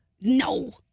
No